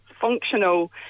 functional